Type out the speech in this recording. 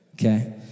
Okay